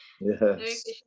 Yes